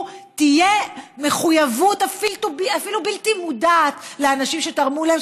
תהיה מחויבות אפילו בלתי מודעת לאנשים שתרמו להם.